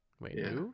wait